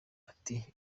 ati